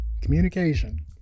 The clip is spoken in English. communication